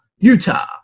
Utah